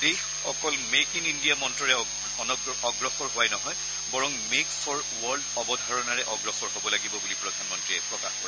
দেশ অকল make in India মন্ত্ৰৰে অগ্ৰসৰ হোৱাই নহয় বৰং মেক ফৰ ৱল্ড অবধাৰণাৰে অগ্ৰসৰ হব লাগিব বুলি প্ৰধানমন্ত্ৰীয়ে প্ৰকাশ কৰে